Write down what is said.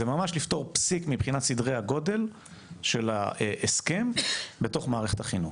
זה ממש לפתור פסיק מבחינת סדרי הגודל מבחינת הסכם בתוך מערכת החינוך,